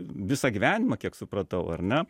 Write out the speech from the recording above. visą gyvenimą kiek supratau ar ne